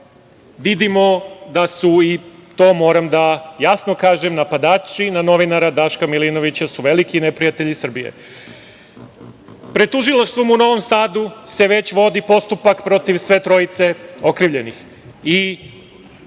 Vidimo da su, i to moram da jasno kažem, napadači na novinara Daška Milinovića veliki neprijatelji Srbije. Pred tužilaštvom u Novom Sadu se već vodi postupak protiv sve trojice okrivljenih